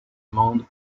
monde